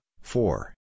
four